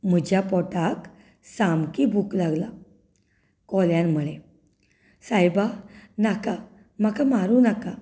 म्हज्या पोटाक सामकी भूक लागल्या कोल्यान म्हणलें सायबा नाका म्हाका मारूं नाका